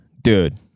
dude